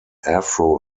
afro